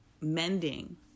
mending